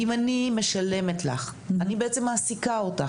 אם אני משלמת לך, אני בעצם מעסיקה אותך.